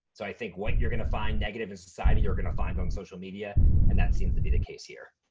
so i think what you're gonna find negative in society, you're gonna find on social media and that seems to be the case here.